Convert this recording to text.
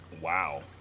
Wow